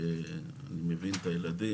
אני מבין את הילדים,